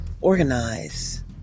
organize